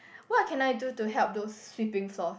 what can I do to help those sweeping floors